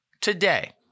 today